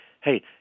hey